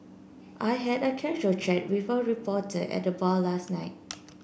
I had a casual chat with a reporter at the bar last night